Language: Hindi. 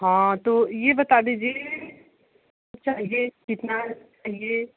हाँ तो यह बता दीजिए चाहिए कितना लेंगे